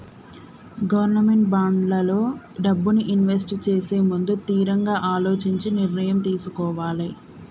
government బాండ్లల్లో డబ్బుని invest చేసేముందు తిరంగా అలోచించి నిర్ణయం తీసుకోవాలే